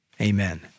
Amen